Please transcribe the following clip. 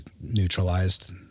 neutralized